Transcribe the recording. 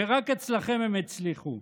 ורק אצלכם הם הצליחו.